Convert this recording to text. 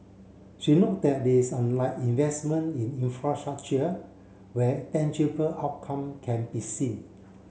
she noted that it's unlike investment in infrastructure where tangible outcome can be seen